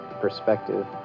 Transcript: perspective